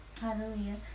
Hallelujah